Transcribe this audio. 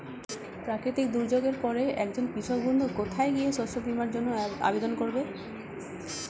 প্রাকৃতিক দুর্যোগের পরে একজন কৃষক বন্ধু কোথায় গিয়ে শস্য বীমার জন্য আবেদন করবে?